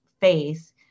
face